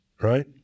right